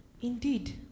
Indeed